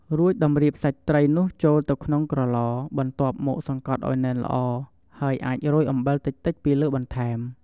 រួចតម្រៀបសាច់ត្រីនោះចូលទៅក្នុងក្រឡ បន្ទាប់មកសង្កត់ឱ្យណែនល្អ ហើយអាចរោយអំបិលតិចៗពីលើបន្ថែម។